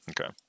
Okay